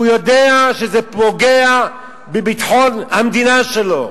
כי הוא יודע שזה פוגע בביטחון המדינה שלו.